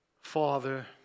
Father